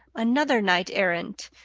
another knight-errant,